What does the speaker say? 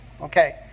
Okay